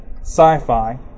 Sci-Fi